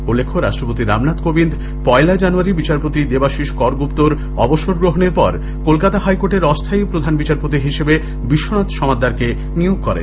উল্লেখ্য রাষ্ট্রপতি রামনাথ কোবিন্দ পয়লা জানুয়ারী বিচারপতি দেবাশিষ করগুপ্তর অবসর গ্রহণের পর কলকাতা হাই কোর্টের অস্হায়ী প্রধান বিচারপতি হিসেবে বিশ্বনাথ সমাদ্দারকে নিয়োগ করেন